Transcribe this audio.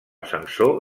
censor